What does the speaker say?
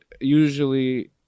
usually